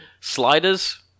Sliders